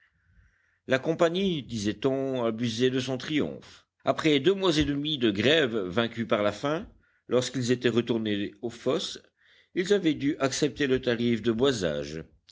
la compagnie disait-on abusait de son triomphe après deux mois et demi de grève vaincus par la faim lorsqu'ils étaient retournés aux fosses ils avaient dû accepter le tarif de boisage